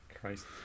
Christ